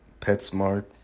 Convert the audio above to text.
PetSmart